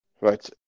Right